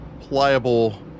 pliable